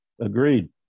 Agreed